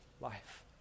life